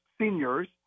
seniors